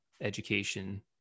education